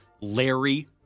Larry